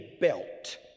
belt